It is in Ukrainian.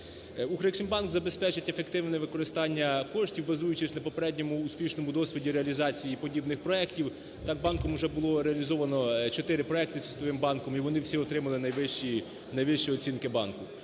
"Укрексімбанк" забезпечить ефективне використання коштів, базуючись на попередньому успішному досвіді реалізації подібних проектів. Так, банком було реалізовано чотири проекти зі Світовим банком, і вони всі отримали найвищий… найвищі оцінки банку.